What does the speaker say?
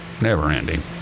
Never-ending